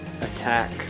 attack